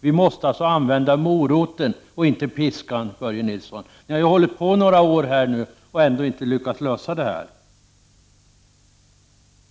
Vi måste använda moroten och inte piskan, Börje Nilsson. Ni har ju hållit på några år nu och ändå inte lyckats lösa problemen.